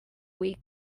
week